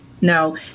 No